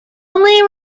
only